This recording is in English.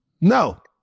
No